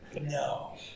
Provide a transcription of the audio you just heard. No